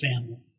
family